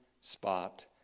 spot